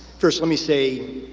first let me say,